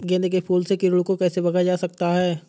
गेंदे के फूल से कीड़ों को कैसे भगाया जा सकता है?